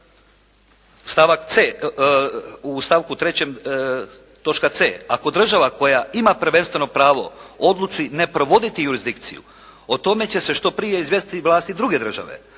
u stavku 3. točka c: "ako država koja ima prvenstveno pravo odluči ne provoditi jurisdikciju o tome će se što prije izvijestiti vlasti druge države.